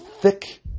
thick